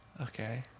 Okay